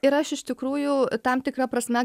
ir aš iš tikrųjų tam tikra prasme